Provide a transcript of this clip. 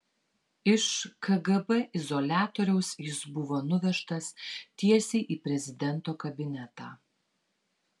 iš kgb izoliatoriaus jis buvo nuvežtas tiesiai į prezidento kabinetą